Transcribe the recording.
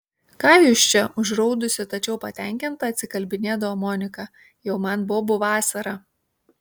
ką jūs čia užraudusi tačiau patenkinta atsikalbinėdavo monika jau man bobų vasara